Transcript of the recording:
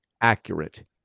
accurate